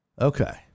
okay